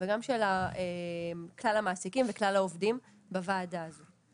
וגם של כלל המעסיקים וכלל העובדים בוועדה הזאת.